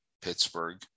Pittsburgh